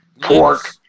pork